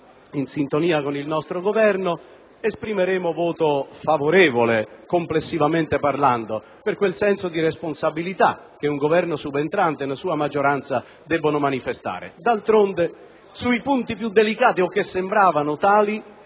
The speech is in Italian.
in sintonia con il nostro Governo, esprimeremo voto favorevole - complessivamente parlando - per quel senso di responsabilità che un Governo subentrante e la sua maggioranza debbono manifestare. D'altronde, sui punti più delicati o che sembravano tali,